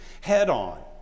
head-on